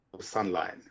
sunlight